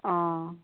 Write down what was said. অঁ